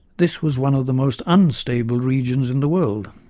this was one of the most unstable regions in the world.